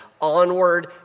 onward